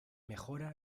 mejora